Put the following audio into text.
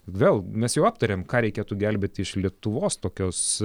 vėl mes jau aptarėm ką reikėtų gelbėti iš lietuvos tokios